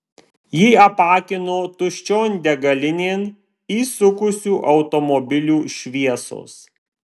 jį apakino tuščion degalinėn įsukusių automobilių šviesos